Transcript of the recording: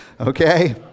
okay